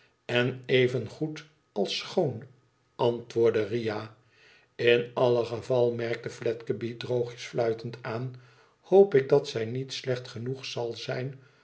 even goed als schoon antwoordde ria in alle geval merkte fledgeby droogjes fluitend aan hoop ik dat zij niet slecht genoeg zal zijn